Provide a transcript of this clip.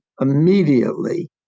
immediately